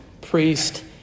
priest